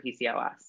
PCOS